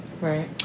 Right